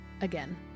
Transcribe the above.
again